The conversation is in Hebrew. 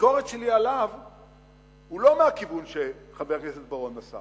הביקורת שלי עליו היא לא מהכיוון שחבר הכנסת בר-און מסר